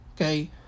Okay